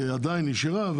היא עדיין נשארה,